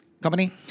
company